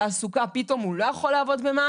פתאום הוא לא יכול לעבוד שם?